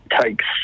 takes